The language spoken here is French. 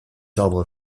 arbres